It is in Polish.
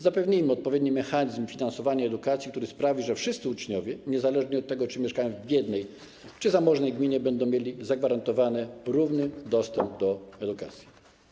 Zapewnijmy odpowiedni mechanizm finansowania edukacji, który sprawi, że wszyscy uczniowie, niezależnie od tego, czy mieszkają w biednej, czy zamożnej gminie, będą mieli zagwarantowany równy dostęp do edukacji.